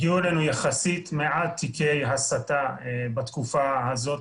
הגיעו אלינו יחסית מעט תיקי הסתה בתקופה הזו,